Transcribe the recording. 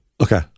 Okay